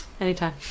Anytime